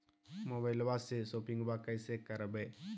मोबाइलबा से शोपिंग्बा कैसे करबै?